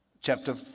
chapter